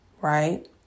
right